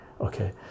okay